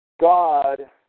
God